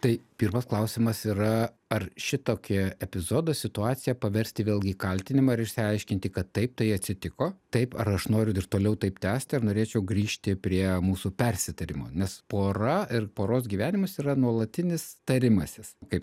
tai pirmas klausimas yra ar šitokią epizodo situaciją paversti vėlgi į kaltinimą ir išsiaiškinti kad taip tai atsitiko taip ar aš noriu ir toliau taip tęsti ar norėčiau grįžti prie mūsų persitarimo nes pora ir poros gyvenimas yra nuolatinis tarimasis kaip